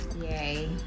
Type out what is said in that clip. Yay